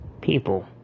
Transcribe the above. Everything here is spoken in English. People